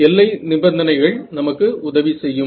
எல்லை நிபந்தனைகள் நமக்கு உதவி செய்யும்